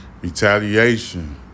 retaliation